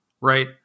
right